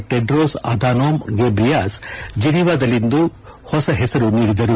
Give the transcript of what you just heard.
Tedros Adhanom Ghebreyesus ಜನಿವಾದಲ್ಲಿಂದು ಹೊಸ ಪೆಸರು ನೀಡಿದರು